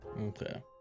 Okay